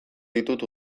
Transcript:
ditut